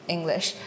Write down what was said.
English